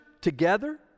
together